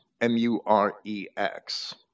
M-U-R-E-X